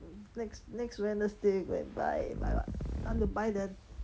next next wednesday go and buy buy what I want to buy the